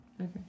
Okay